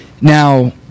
Now